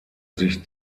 sich